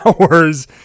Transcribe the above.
hours